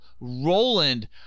Roland